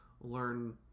learn